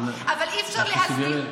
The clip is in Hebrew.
אבל אי-אפשר להסדיר,